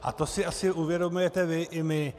A to si asi uvědomujete vy i my.